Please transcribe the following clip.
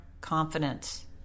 confidence